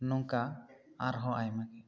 ᱱᱚᱝᱠᱟ ᱟᱨ ᱦᱚᱸ ᱟᱭᱢᱟᱜᱮ